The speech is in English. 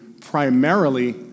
primarily